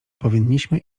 powinniśmy